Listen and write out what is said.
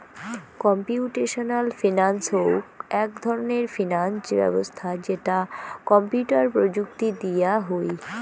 computational finance হউক এক ধরণের ফিনান্স ব্যবছস্থা যেটা কম্পিউটার প্রযুক্তি দিয়া হুই